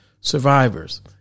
survivors